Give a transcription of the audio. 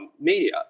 media